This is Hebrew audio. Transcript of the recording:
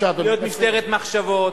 אנחנו לא מתכוונים להיות משטרת מחשבות,